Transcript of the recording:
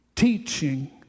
Teaching